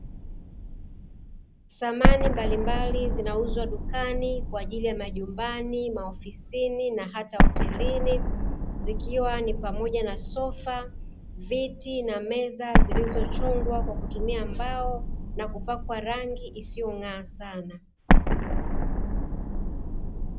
Samani mbalimbali zinauzwa dukani kwa ajili ya: majumbani, maofisini na hata hotelini; zikiwa ni pamoja na: sofa, viti na meza; zilizochongwa kutumia mbao na kupakwa rangi isiyong'aa sana.